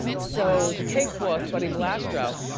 so, the cake boss, buddy valastro,